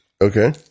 Okay